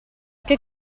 che